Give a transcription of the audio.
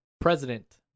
President